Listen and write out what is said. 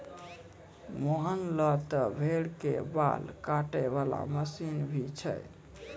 मोहन लॅ त भेड़ के बाल काटै वाला मशीन भी छै